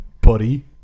buddy